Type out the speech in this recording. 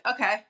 okay